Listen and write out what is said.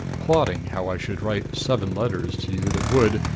plotting how i should write seven letters to you that would,